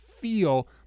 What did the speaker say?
feel